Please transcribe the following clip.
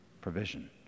provision